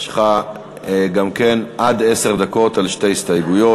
יש לך גם כן עד עשר דקות על שתי הסתייגויות.